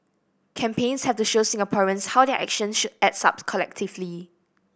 campaigns have to show Singaporeans how their action adds up collectively